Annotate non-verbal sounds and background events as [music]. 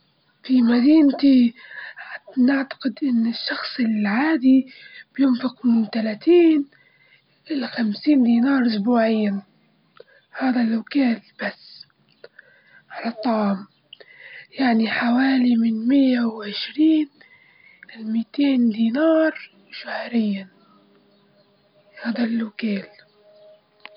أعتقد أني نمشي حوالي سبعة إلى عشر آلاف خطوة يوميًا يعني حوالي خمس خمس خمسين إلي سبعين ألف خطوة في الأسبوع و [hesitation] هلبا نمشي واجد نمشي نمشي أنا نحب المشي ونحب نمشي للجامعة وهكي.